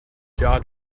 jaw